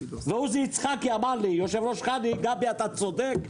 ועוזי יצחקי יושב-ראש חנ"י אמר לי: אתה צודק,